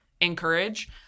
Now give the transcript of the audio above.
encourage